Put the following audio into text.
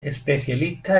especialista